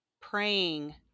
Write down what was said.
praying